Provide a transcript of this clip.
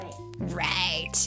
Right